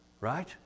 Right